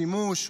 שימוש,